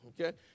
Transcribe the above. okay